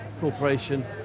Corporation